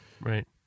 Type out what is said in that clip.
Right